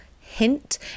hint